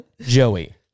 joey